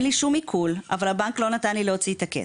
לי שום עיקול אבל הבנק לא נתן לי להוציא את הכסף.